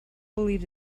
believe